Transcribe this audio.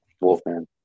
Wolfman